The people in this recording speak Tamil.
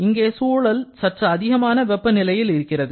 இங்கே சூழல் சற்று அதிகமான வெப்ப நிலையில் இருக்கிறது